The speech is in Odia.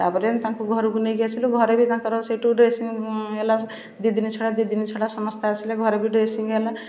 ତା'ପରେ ତାଙ୍କୁ ଘରକୁ ନେଇକି ଆସିଲୁ ଘରେ ବି ତାଙ୍କର ସେଇଠୁ ଡ୍ରେସିଂ ହେଲା ଦୁଇ ଦିନ ଛଡ଼ା ଦୁଇ ଦିନ ଛଡ଼ା ସମସ୍ତେ ଆସିଲେ ଘରେ ବି ଡ୍ରେସିଂ ହେଲା